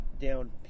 down